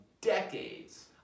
decades